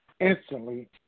instantly